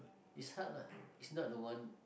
is hard lah is not the one